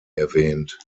erwähnt